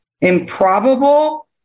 improbable